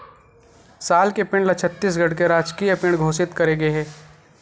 साल के पेड़ ल छत्तीसगढ़ के राजकीय पेड़ घोसित करे गे हे